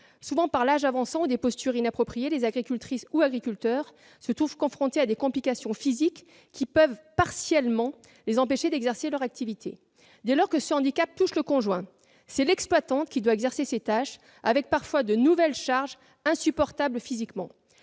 Souvent, l'âge avançant ou bien à la suite de postures inappropriées, les agricultrices ou agriculteurs se trouvent confrontés à des complications physiques qui peuvent les empêcher partiellement d'exercer leur activité. Dès lors que le handicap touche le conjoint, c'est l'exploitante qui doit accomplir certaines tâches, avec parfois de nouvelles charges insupportables physiquement.